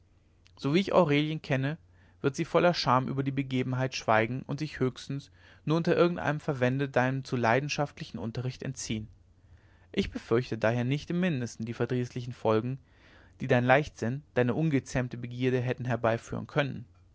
so wie ich aurelien kenne wird sie voller scham über die begebenheit schweigen und sich höchstens nur unter irgendeinem verwände deinem zu leidenschaftlichen unterrichte entziehen ich befürchte daher nicht im mindesten die verdrießlichen folgen die dein leichtsinn deine ungezähmte begierde hätte herbeiführen können